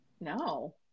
No